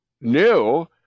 new